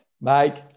Mike